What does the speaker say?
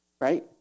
right